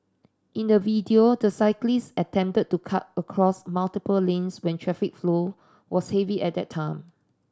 in the video the cyclist attempted to cut across multiple lanes when traffic flow was heavy at that time